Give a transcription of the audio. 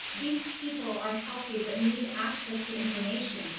these people are healthy but need access to information.